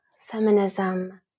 feminism